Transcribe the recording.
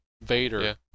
Vader